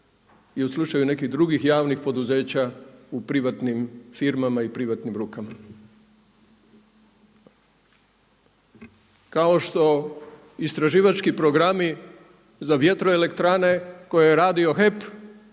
i u slučaju nekih drugih javnih poduzeća u privatnim firmama i privatnim rukama. Kao što istraživački programi za vjetroelektrane koje je radio HEP